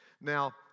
Now